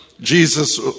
Jesus